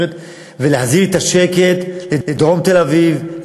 ולהחזיר את השקט לדרום תל-אביב,